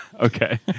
Okay